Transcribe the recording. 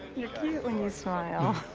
you're cute when you smile.